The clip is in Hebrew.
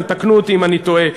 אבל תקנו אותי אם אני טועה,